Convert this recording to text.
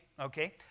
okay